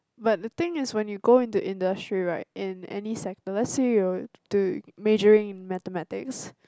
but the thing is when you go into industry right in any sector let's say you're do majoring in Mathematics